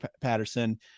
Patterson